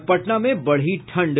और पटना में बढ़ी ठंड